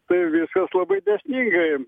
tai viskas labai dėsningai